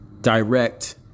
direct